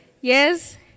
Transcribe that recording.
Yes